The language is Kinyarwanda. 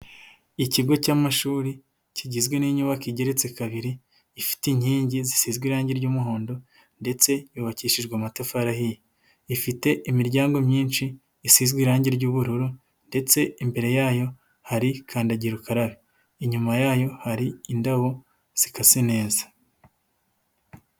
Ikigo cy'amashuri, kigizwe n'inyubako igeretse kabiri, ifite inkingi zisizwe irangi ry'umuhondo ndetse yubakishijwe amatafari ahiye, ifite imiryango myinshi, isizwe irangi ry'ubururu ndetse imbere yayo hari kandagira ukarara, inyuma yayo hari indabo, zikase neza.